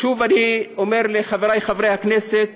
אני אומר לחבריי חברי הכנסת,